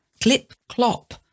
clip-clop